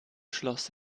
schloß